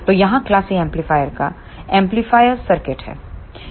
तो यहाँ class A का एम्पलीफायर सर्किट है